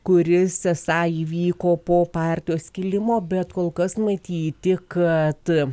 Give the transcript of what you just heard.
kuris esą įvyko po partijos skilimo bet kol kas matyti kad